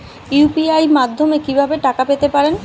UPI মাধ্যমে কি ভাবে টাকা পেতে পারেন?